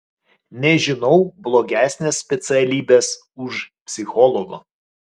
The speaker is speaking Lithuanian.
nežinau blogesnės specialybės už psichologo